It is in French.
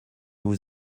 vous